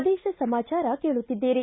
ಪ್ರದೇಶ ಸಮಾಚಾರ ಕೇಳುತ್ತಿದ್ದೀರಿ